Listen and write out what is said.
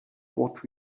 what